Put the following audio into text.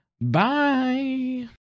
Bye